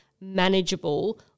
manageable